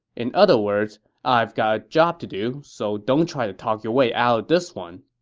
in other words, i've got a job to do, so don't try to talk your way out of this one